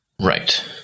right